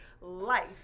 life